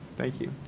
thank you.